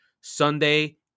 Sunday